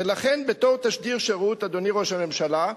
ולכן בתור תשדיר שירות, אדוני ראש הממשלה,